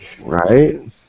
Right